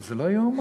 זה לא ייאמן.